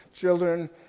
children